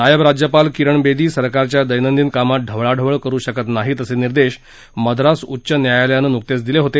नायब राज्यपाल किरण बेदी सरकारच्या दैनंदिन कामात ढवळाढवळ करु शकत नाहीत असे निर्देश मद्रास उच्च न्यायालयानं नुकतेच दिले होते